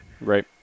Right